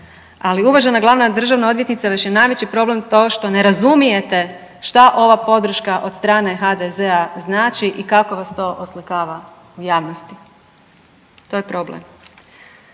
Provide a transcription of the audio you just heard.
ali uvažena glavna državna odvjetnice vaš je najveći problem to što ne razumijete šta ova podrška od strane HDZ-a znači i kako vas to oslikava u javnosti. To je problem.